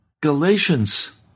Galatians